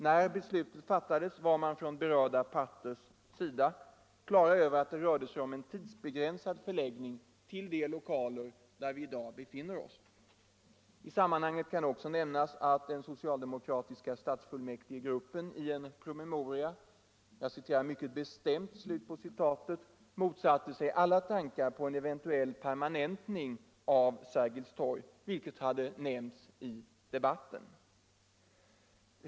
När beslutet fattades var man från berörda parters sida på det klara med att det rörde sig om en tidsbegränsad förläggning till de lokaler där vi i dag befinner oss. I sammanhanget kan också nämnas att den socialdemokratiska stadsfullmäktigegruppen i en promemoria ”mycket bestämt” motsatte sig alla tankar på en eventuell permanentning av Sergelstorgsalternativet, vilket hade nämnts i debatten.